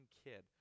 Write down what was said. kid